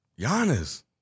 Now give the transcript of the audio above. Giannis